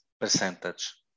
percentage